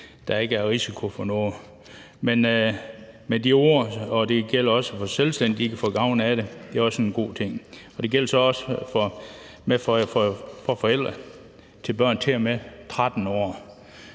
der ikke er risiko for noget. Det gælder også for selvstændige, at de kan få gavn af det, og det er en god ting. Og det gælder så også for forældre til børn på til og med 13 år,